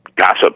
Gossip